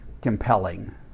compelling